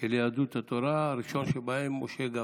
של יהדות התורה, והראשון שבהם, משה גפני.